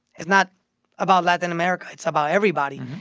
it's not about latin america. it's about everybody.